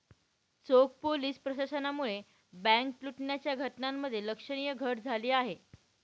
चोख पोलीस प्रशासनामुळे बँक लुटण्याच्या घटनांमध्ये लक्षणीय घट झाली आहे